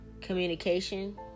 communication